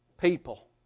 people